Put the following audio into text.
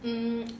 um